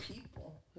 people